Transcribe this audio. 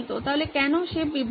তাহলে কেন সে বিভ্রান্ত